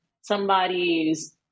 somebody's